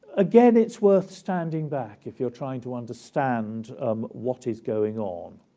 again, it's worth standing back if you're trying to understand um what is going on.